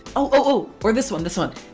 oh oh oh! or this one! this one!